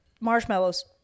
marshmallows